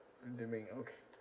redeeming okay